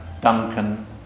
Duncan